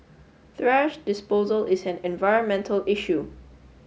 thrash disposal is an environmental issue